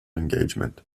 engagement